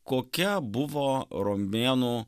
kokia buvo romėnų